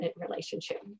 relationship